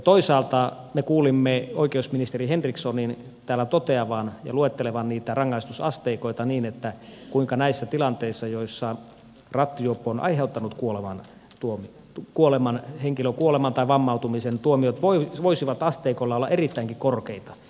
toisaalta me kuulimme oikeusministeri henrikssonin täällä luettelevan niitä rangaistusasteikoita ja toteavan että näissä tilanteissa joissa rattijuoppo on aiheuttanut hen kilön kuoleman tai vammautumisen tuomiot voisivat asteikolla olla erittäinkin korkeita